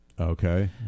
okay